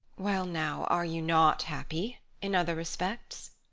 well, now, are you not happy in other respects?